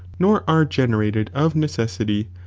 nor are generated of neceasity,